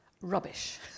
rubbish